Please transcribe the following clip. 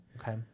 Okay